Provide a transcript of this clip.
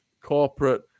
corporate